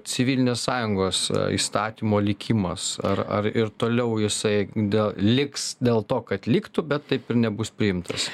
civilinės sąjungos įstatymo likimas ar ar ir toliau jisai dė liks dėl to kad liktų bet taip ir nebus priimtas